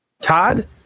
Todd